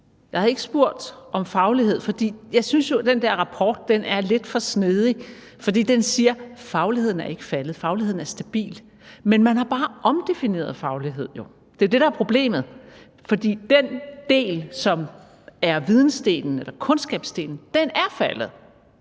Jeg har ikke spurgt om faglighed, for jeg synes jo, at den der rapport er lidt for snedig, fordi den siger, at fagligheden ikke er faldet, men at fagligheden er stabil. Man har jo bare omdefineret faglighed. Det er jo det, der er problemet, for den del, som er vidensdelen eller kundskabsdelen, er faldet.